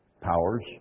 powers